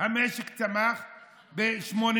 המשק צמח ב-8.2%.